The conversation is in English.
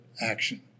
action